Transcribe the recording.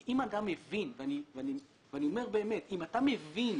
כי אם אדם מבין ואני אומר באמת שלא